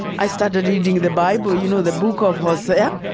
i started reading the bible, you know the book of hosea,